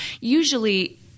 usually